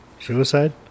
Suicide